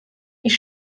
ich